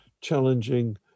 challenging